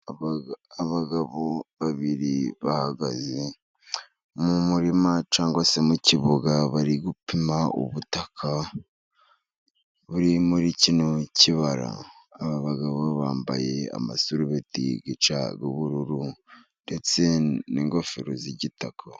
Abagabo babiri bahagaze mu murima, cyangwa se mu kibuga, bari gupima ubutaka buri muri kino kibara, aba bagabo bambaye amasarubeti y'ubururu ndetse n'ingofero z'igitaka.